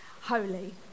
Holy